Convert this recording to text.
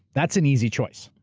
that's an easy choice.